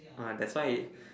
uh that's why it